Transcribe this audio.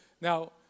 Now